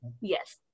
yes